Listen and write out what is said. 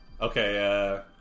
Okay